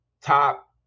top